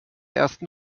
ersten